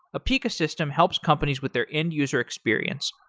apica system helps companies with their end-user experience,